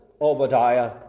Obadiah